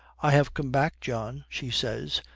i have come back, john she says,